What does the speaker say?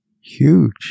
Huge